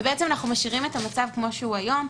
ובעצם אנחנו משאירים את המצב כמו שהוא היום,